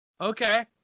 okay